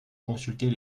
consulter